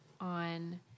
on –